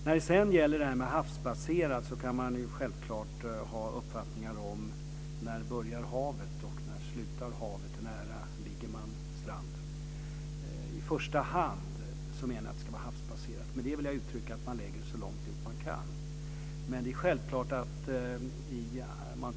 När det sedan gäller detta med havsbaserat kan man ju självklart ha uppfattningar om när havet börjar respektive slutar och hur nära stranden det ligger. I första hand menar jag att det ska vara havsbaserat. Med det vill jag uttrycka att man ska lägga det så långt ut man kan.